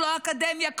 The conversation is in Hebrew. לא אקדמיה,